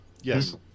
Yes